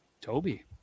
Toby